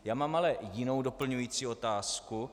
Já mám ale jinou doplňující otázku.